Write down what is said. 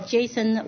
Jason